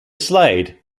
slide